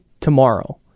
tomorrow